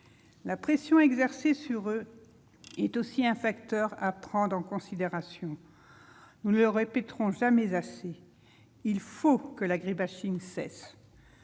La pression exercée sur eux est aussi un facteur à prendre en considération. Nous ne le répéterons jamais assez : il faut que l'agri-bashing cesse